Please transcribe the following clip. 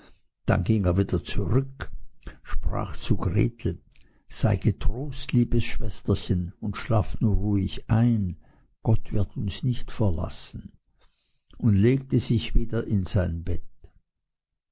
dann ging er wieder zurück sprach zu gretel sei getrost liebes schwesterchen und schlaf nur ruhig ein gott wird uns nicht verlassen und legte sich wieder in sein bett